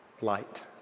light